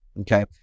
okay